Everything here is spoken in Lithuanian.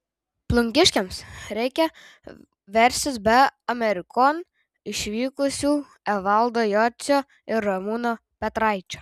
plungiškiams reikia verstis be amerikon išvykusių evaldo jocio ir ramūno petraičio